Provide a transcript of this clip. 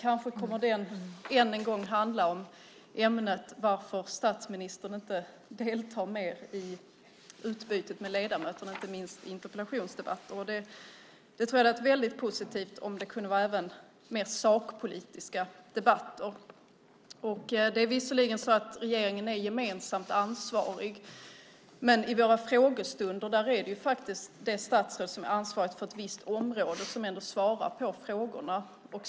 Kanske kommer den än en gång att handla om ämnet varför statsministern inte deltar mer i utbytet med ledamöterna, inte minst i interpellationsdebatter. Jag tror att det vore väldigt positivt om det även kunde vara mer sakpolitiska debatter. Det är visserligen så att regeringen är gemensamt ansvarig. Men i våra frågestunder är det faktiskt det statsråd som är ansvarigt för ett visst område som svarar på frågorna.